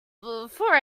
before